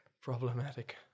Problematic